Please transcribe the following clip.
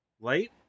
Light